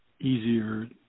easier